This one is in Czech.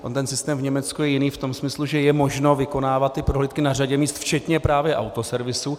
On ten systém v Německu je jiný v tom smyslu, že je možno vykonávat prohlídky na řadě míst včetně právě autoservisů.